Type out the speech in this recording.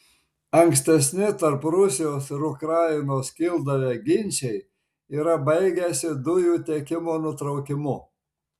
ankstesni tarp rusijos ir ukrainos kildavę ginčai yra baigęsi dujų tiekimo nutraukimu